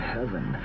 Heaven